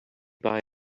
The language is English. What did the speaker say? buy